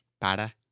para